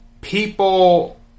People